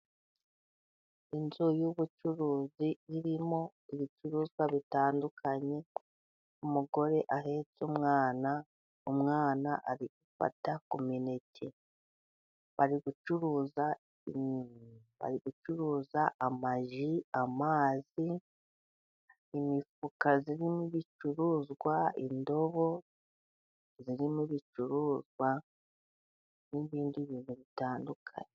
Inzu y'ubucuruzi irimo ibicuruzwa bitandukanye umugore ahetse umwana, umwana ari gufata ku mineke. Bari gucuruza bari gucuruza amaji, amazi, imifuka irimo ibicuruzwa, indobo zirimo ibicuruzwa n'ibindi bintu bitandukanye.